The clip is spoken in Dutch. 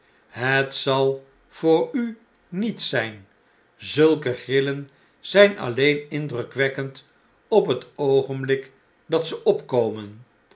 het zal voor u niets zjjn zulke grillen zjjn alleen indrukwekkend op het oogenbiik dat ze opkomen